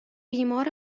بیمار